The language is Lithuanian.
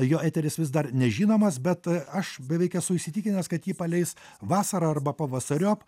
jo eteris vis dar nežinomas bet aš beveik esu įsitikinęs kad jį paleis vasarą arba pavasariop